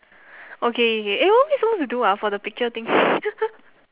okay okay eh what are we suppose to do ah for the picture thing